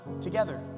together